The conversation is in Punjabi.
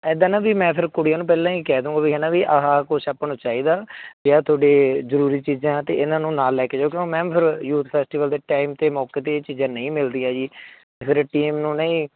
ਇੱਦਾਂ ਨਾ ਵੀ ਮੈਂ ਫਿਰ ਕੁੜੀਆਂ ਨੂੰ ਪਹਿਲਾਂ ਹੀ ਕਹਿ ਦੂੰਗਾ ਵੀ ਹੈ ਨਾ ਵੀ ਆਹਾ ਆਹਾ ਕੁਛ ਆਪਾਂ ਨੂੰ ਚਾਹੀਦਾ ਵੀ ਆਹ ਤੁਹਾਡੇ ਜ਼ਰੂਰੀ ਚੀਜ਼ਾਂ ਅਤੇ ਇਹਨਾਂ ਨੂੰ ਨਾਲ ਲੈ ਕੇ ਜਾਓ ਕਿਉਂਕਿ ਮੈਮ ਫਿਰ ਯੂਥ ਫੈਸਟੀਵਲ ਦੇ ਟਾਈਮ 'ਤੇ ਮੌਕੇ 'ਤੇ ਇਹ ਚੀਜ਼ਾਂ ਨਹੀਂ ਮਿਲਦੀਆਂ ਜੀ ਫਿਰ ਟੀਮ ਨੂੰ ਨਾ ਜੀ